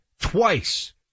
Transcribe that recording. twice